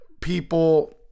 people